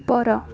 ଉପର